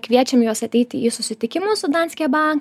kviečiam juos ateiti į susitikimus su danske ban